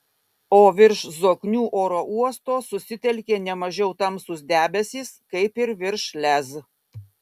o virš zoknių oro uosto susitelkė ne mažiau tamsūs debesys kaip ir virš lez